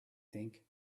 think